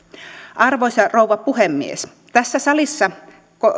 arvoisa rouva puhemies tässä salissa